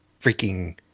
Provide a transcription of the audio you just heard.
freaking